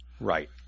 right